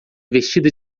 vestida